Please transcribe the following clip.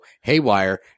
haywire